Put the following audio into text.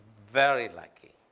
very lucky.